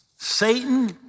Satan